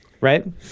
Right